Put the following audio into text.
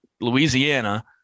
Louisiana